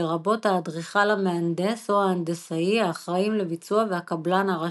לרבות האדריכל המהנדס או ההנדסאי האחראים לביצוע והקבלן הראשי.